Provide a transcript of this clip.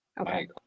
Okay